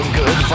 good